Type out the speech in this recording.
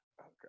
Okay